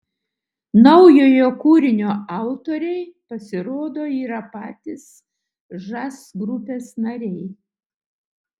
naujojo kūrinio autoriai pasirodo yra patys žas grupės nariai